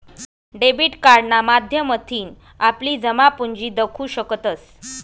debit कार्डना माध्यमथीन आपली जमापुंजी दखु शकतंस